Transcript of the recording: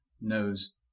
knows